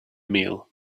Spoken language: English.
meal